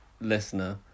listener